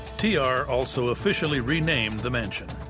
t r. also officially renamed the mansion.